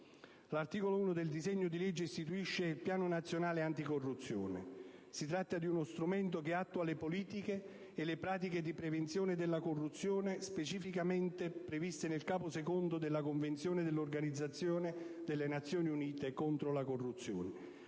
L'articolo 1 del disegno di legge istituisce il Piano nazionale anticorruzione. Si tratta di uno strumento che attua le politiche e le pratiche di prevenzione della corruzione specificatamente previste nel capo II della Convenzione dell'Organizzazione delle Nazioni Unite contro la corruzione,